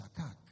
shakak